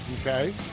Okay